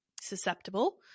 susceptible